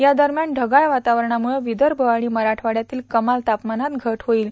या दरम्यान ढगाळ वातावरणामुळं विदर्भ आणि मराठवाड्यातील कमाल तापमानात घट होईल